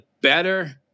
better